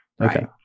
Okay